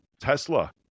Tesla